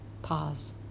Pause